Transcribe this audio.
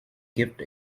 gift